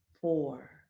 Four